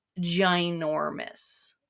ginormous